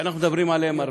שאנחנו מדברים עליהם הרבה,